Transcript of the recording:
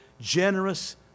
generous